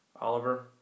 Oliver